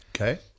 Okay